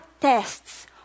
tests